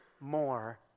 more